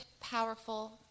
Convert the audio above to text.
powerful